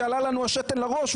שעלה לנו השתן לראש,